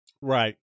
right